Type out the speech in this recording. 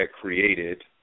created